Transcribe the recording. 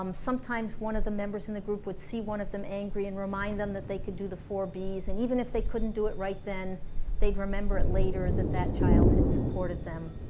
um sometimes one of the members in the group would see one of them angry and remind them that they could do the four bs and even if they couldn't do it right then they'd remember it later, that that child had supported them